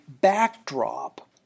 backdrop